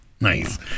Nice